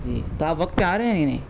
جی تو آپ وقت پہ آ رہے ہیں یا نہیں